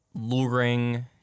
luring